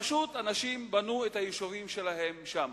ופשוט אנשים בנו את היישובים שלהם שם.